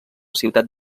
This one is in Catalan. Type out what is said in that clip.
ciutat